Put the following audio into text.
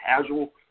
casual